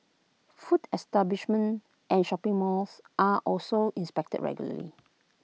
food establishment and shopping malls are also inspected regularly